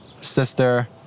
sister